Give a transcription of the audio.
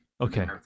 Okay